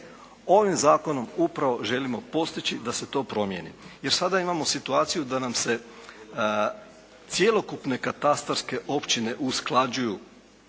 ovim zakonom upravo želimo postići da se to promijeni, jer sada imamo situaciju da nam se cjelokupne katastarske općine usklađuju